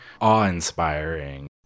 awe-inspiring